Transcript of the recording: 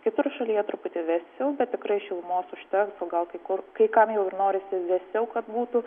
kitur šalyje truputį vėsiau bet tikrai šilumos užteks o gal kai kur kai kam jau ir norisi vėsiau kad būtų